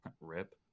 Rip